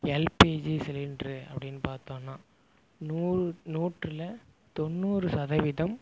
LPG cylinder அப்படின்னு பார்த்தோன்னா நூறு நோட்டில் தொண்ணூறு சதவீதம்